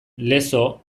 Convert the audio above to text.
lezo